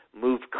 Move